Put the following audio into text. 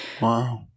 Wow